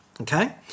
Okay